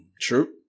True